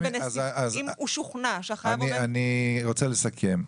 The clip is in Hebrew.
אני רוצה לסכם.